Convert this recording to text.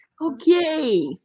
okay